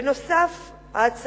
נוסף על כך,